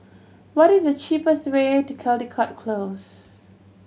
what is the cheapest way to Caldecott Close